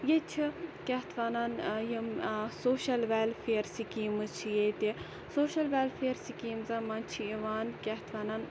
ییٚتہِ چھُ کیاہ اتھ وَنان یِم سوشَل ویٚلفیر سکیٖمہٕ چھِ ییٚتہِ سوشَل ویٚلفیر سکیٖمزَن مَنٛز چھِ یِوان کیاہ اتھ وَنان